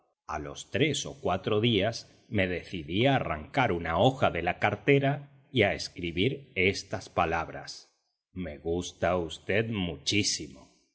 a los tres o cuatro días me decidí a arrancar una hoja de la cartera y a escribir estas palabras me gusta v muchísimo